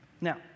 Now